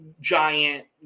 Giant